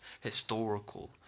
historical